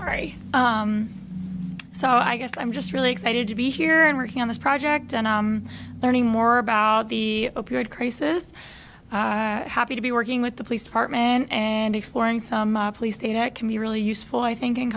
right so i guess i'm just really excited to be here in working on this project and learning more about the appeared crisis happy to be working with the police department and exploring some police state that can be really useful i think in